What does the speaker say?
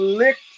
lick